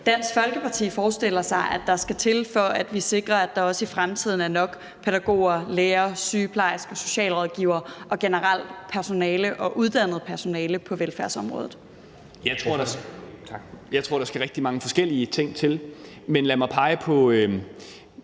Dansk Folkeparti forestiller sig at der skal til, for at vi sikrer, at der også i fremtiden er nok pædagoger, lærere, sygeplejersker, socialrådgivere og personale generelt, altså uddannet personale, på velfærdsområdet. Kl. 20:58 Den fg. formand (Bjarne Laustsen): Værsgo.